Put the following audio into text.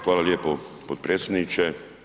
Hvala lijepo potpredsjedniče.